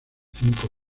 cinco